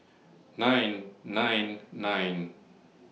nine nine nine